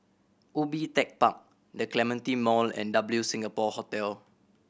Ubi Tech Park The Clementi Mall and W Singapore Hotel